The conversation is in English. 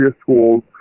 schools